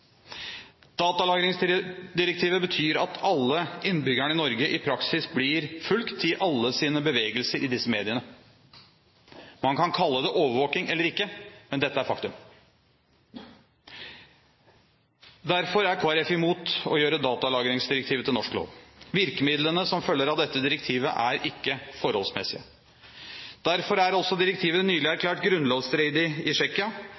betyr at alle innbyggerne i Norge i praksis blir fulgt i alle sine bevegelser i disse mediene. Man kan kalle det overvåkning eller ikke, men dette er et faktum. Derfor er Kristelig Folkeparti imot å gjøre datalagringsdirektivet til norsk lov. Virkemidlene som følger av dette direktivet, er ikke forholdsmessige. Derfor er også direktivet nylig erklært grunnlovsstridig i Tsjekkia.